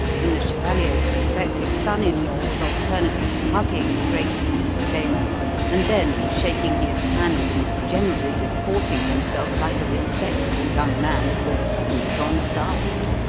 and the chevalier's prospective son-in-law was alternately hugging the great beast-tamer and then shaking his hand and generally deporting himself like a respectable young man who had suddenly gone daft.